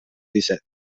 disset